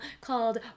called